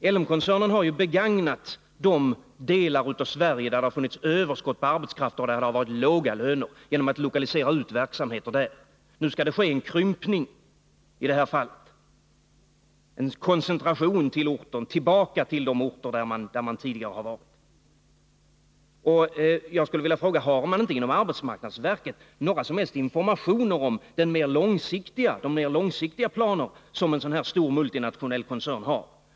Den har genom att lokalisera verksamheter till de delar av Sverige där det har funnits överskott på arbetskraft och där man har haft låga löner utnyttjat dessa områden. Nu skall det ske en krympning, en koncentration tillbaka till de orter där man tidigare har haft verksamhet. Jag skulle vilja fråga: Har inte arbetsmarknadsverket några som helst informationer om de mer långsiktiga planer som en sådan här stor multinationell koncern har?